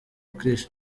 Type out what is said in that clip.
krish